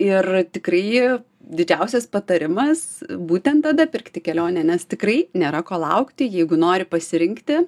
ir tikrai didžiausias patarimas būtent tada pirkti kelionę nes tikrai nėra ko laukti jeigu nori pasirinkti